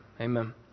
Amen